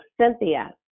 Cynthia